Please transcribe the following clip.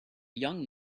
young